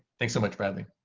thanks so much, bradley.